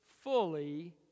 fully